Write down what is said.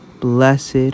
Blessed